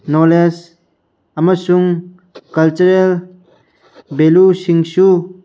knowledge ꯑꯃꯁꯨꯡ cultural ꯕꯦꯂꯨꯁꯤꯡꯁꯨ